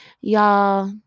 y'all